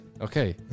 Okay